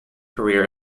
career